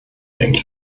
bringt